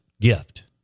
gift